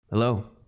Hello